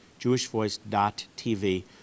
jewishvoice.tv